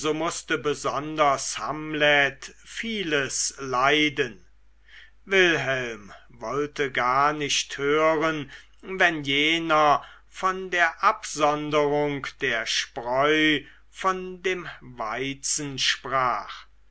mußte besonders hamlet vieles leiden wilhelm wollte gar nicht hören wenn jener von der absonderung der spreu von dem weizen sprach